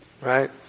right